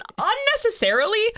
unnecessarily